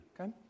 Okay